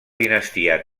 dinastia